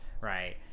right